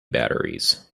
batteries